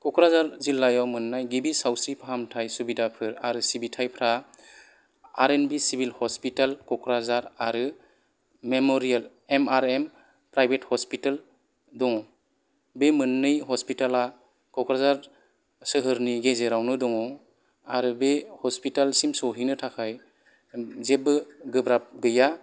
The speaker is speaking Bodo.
क'क्राझार जिल्लायाव मोन्नाय गिबि सावस्रि फाहामथाय सुबिदाफोर आरो सिबिथायफ्रा R N B civil hospital Kokrajhar आरो memorial M R M private hospital दङ बे मोननै हस्पिटेला क'क्राझार सोहोरनि गेजेराव नो दङ आरो बे हस्पिटेलसिम सहैनो थाखाय जेबो गोब्राब गैया